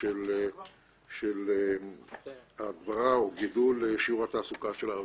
של הגברה או גידול שיעור התעסוקה של ערבים.